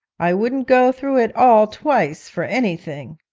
i wouldn't go through it all twice for anything